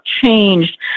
changed